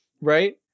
Right